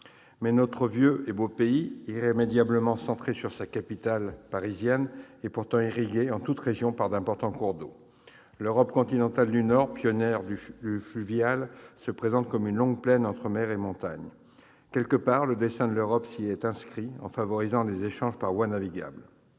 Mais notre vieux et beau pays, irrémédiablement centré sur sa capitale, Paris, est pourtant irrigué en toutes régions par d'importants cours d'eau. L'Europe continentale du Nord, pionnière du fluvial, se présente comme une longue plaine entre mer et montagne. Quelque part, le destin de l'Europe s'y est inscrit en favorisant les échanges par voie navigable.